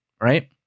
right